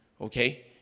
okay